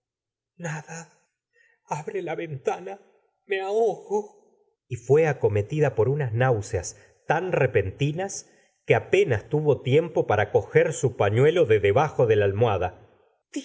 nada abre la ventana lle ahogo y fué acometida por unas náuseas tan repentinas que apenas tuvo tiempo para coger su pañuelo de debajo de la almohada